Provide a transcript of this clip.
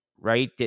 Right